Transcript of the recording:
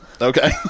Okay